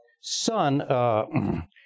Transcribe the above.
son